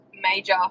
major